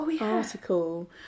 article